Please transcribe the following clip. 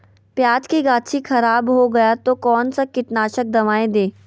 प्याज की गाछी खराब हो गया तो कौन सा कीटनाशक दवाएं दे?